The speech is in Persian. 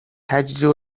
تجزیه